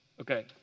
Okay